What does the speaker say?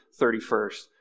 31st